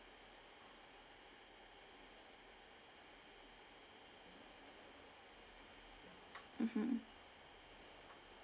mmhmm